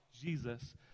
Jesus